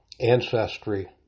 ancestry